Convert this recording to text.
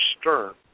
stern